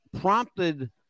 prompted